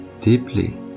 deeply